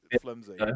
flimsy